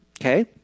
Okay